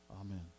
Amen